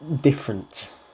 different